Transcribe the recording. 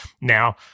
Now